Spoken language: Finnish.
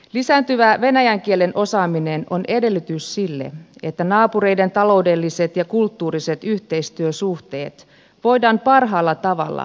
lisääntyvä venäjän kielen osaaminen on edellytys sille että naapureiden taloudelliset ja kulttuuriset yhteistyösuhteet voidaan parhaalla tavalla hyödyntää